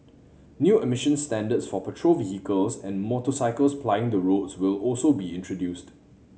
new emission standards for petrol vehicles and motorcycles plying the roads will also be introduced